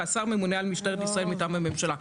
והשר ממונה על משטרת ישראל מטעם הממשלה.